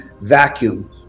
vacuum